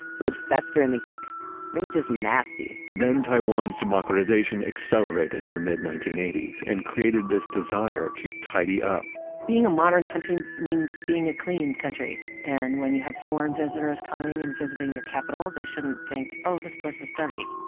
it would fester in the heat and just nasty then taiwan's democratization accelerated in the mid nineteen eighty s and created this desire to tidy up being a modern country means being a clean country. and when you have foreign visitors coming and visiting your capital, they shouldn't think, oh, this place is dirty.